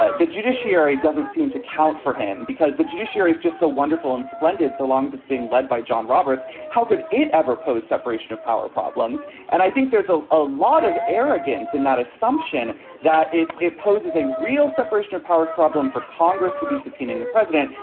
ah the judiciary doesn't seem to count for him because the judiciary is just so wonderful and splendid so long as it's being led by john roberts. how could it ever post separation of power problems? and i think there's ah a lot of arrogance and that assumption that it it poses a real separation of powers problem for congress to be subpoenaing the president,